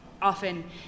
often